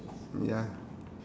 ya